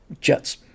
jets